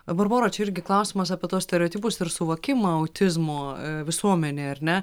barbora čia irgi klausimas apie tuos stereotipus ir suvokimą autizmo visuomenėj ar ne